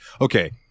okay